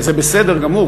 וזה בסדר גמור,